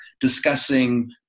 discussing